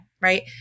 right